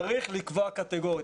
צריך לקבוע קטגורית,